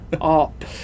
up